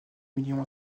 millions